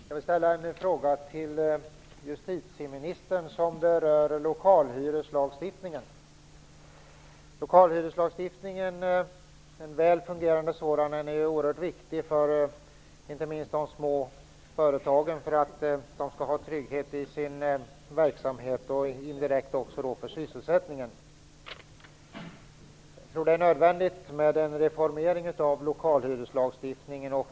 Herr talman! Jag vill ställa en fråga till justitieministern som berör lokalhyreslagstiftningen. En väl fungerande lokalhyreslagstiftning är oerhört viktig inte minst för att de små företagen skall ha trygghet i verksamheten. Lagstiftningen är därför indirekt viktig också för sysselsättningen. Jag tror att det är nödvändigt med en reformering av lokalhyreslagstiftningen.